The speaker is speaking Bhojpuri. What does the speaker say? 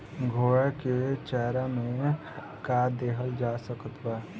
घोड़ा के चारा मे का देवल जा सकत बा?